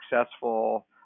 successful